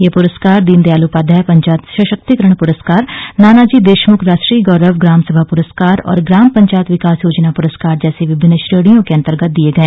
ये पुरस्कार दीनदयाल उपाध्याय पंचायत सशक्तीकरण पुरस्कार नानाजी देखमुख राष्ट्रीय गौरव ग्रामसभा पुरस्कार और ग्राम पंचायत विकास योजना पुरस्कार जैसी विभिन्न श्रेणियों के अंतर्गत दिए गए